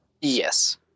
Yes